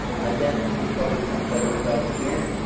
i guess you'd probably have a better result at the end.